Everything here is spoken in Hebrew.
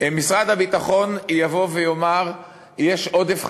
משרד הביטחון יבוא ויאמר: יש עודף חיילים,